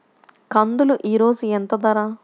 కందులు ఈరోజు ఎంత ధర?